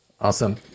Awesome